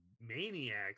maniacs